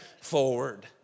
forward